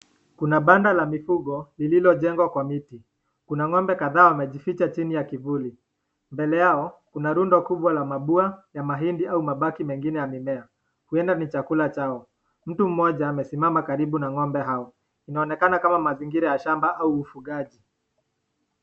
Kuna banda la mifugo lililojengwa kwa miti. Kuna ng'ombe kadhaa wamejificha chini ya kivuli. Mbele yao kuna rundo kubwa la mabua ya mahindi au mabaki mengine ya mimea. Huenda ni chakula chao. Mtu mmoja amesimama karibu na ng'ombe hao. Inaonekana kama mazingira ya shamba au ufugaji.